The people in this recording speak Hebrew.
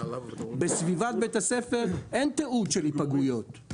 בסביבת בית הספר אין תיעוד של היפגעויות,